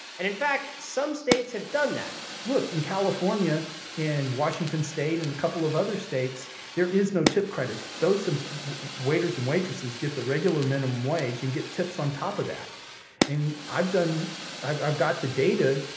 and, in fact, some states have done that look. in california and washington state and a couple of other states, there is no tip credit. those waiters and waitresses get the regular minimum wage and get tips on top of that i've done i've got the data.